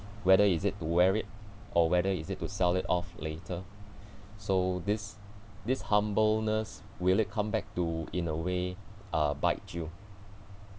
whether is it to wear it or whether is it to sell it off later so this this humbleness will it come back to in a way uh bite you